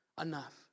enough